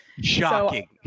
Shocking